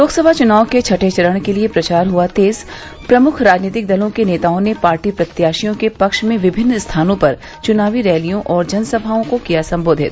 लोकसभा चुनाव के छठें चरण के लिये प्रचार हुआ तेज प्रमुख राजनीतिक दलों के नेताओं ने पार्टी प्रत्याशियों के पक्ष में विभिन्न स्थानों पर चुनावी रैलियों और जनसभाओं को किया संबोधित